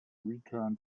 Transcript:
return